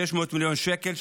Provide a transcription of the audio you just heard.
600 מיליון שקל,